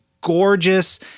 gorgeous